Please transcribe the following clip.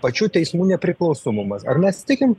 pačių teismų nepriklausomumas ar mes tikim